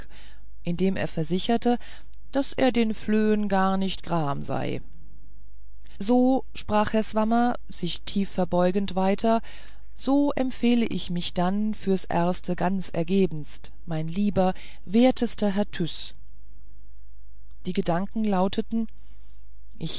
indem er versicherte daß er den flöhen gar nicht gram sei so sprach herr swammer sich tief verbeugend weiter so empfehle ich mich dann fürs erste ganz ergebenst mein lieber wertester herr tyß die gedanken lauteten